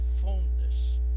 fullness